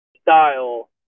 style